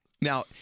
Now